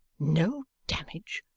no damage?